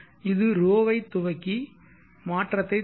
இது ρ ஐ துவக்கி மாற்றத்தை தரும்